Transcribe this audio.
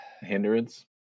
hindrance